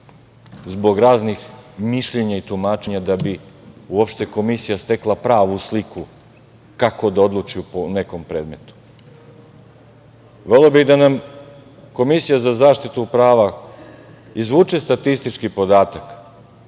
zbog raznih mišljenja i tumačenja da bi uopšte Komisija stekla pravu sliku kako da odluči po nekom predmetu. Voleo bih da nam Komisija za zaštitu prava izvuče statistički podatak